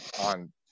on